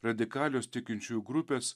radikalios tikinčiųjų grupės